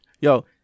Yo